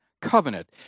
covenant